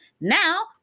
Now